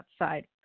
outside